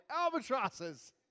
albatrosses